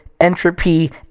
entropy